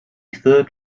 third